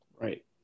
Right